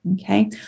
Okay